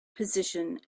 position